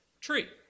tree